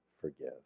forgive